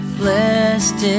blessed